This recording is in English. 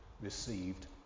received